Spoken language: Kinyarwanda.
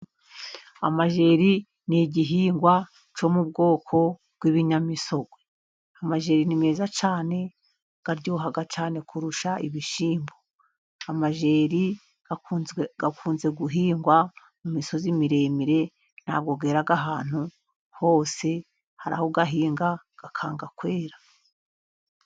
Amajeri ni igihingwa cyo mu bwoko bw'ibinyamisogwe, amajeri ni meza cyane aryoha cyane kurusha ibishyimbo. Amajeri akunze guhingwa mu misozi miremire ntabwo yera ahantu hose hari aho uyahinga akanga kwera.